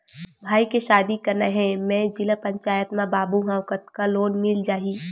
भाई के शादी करना हे मैं जिला पंचायत मा बाबू हाव कतका लोन मिल जाही?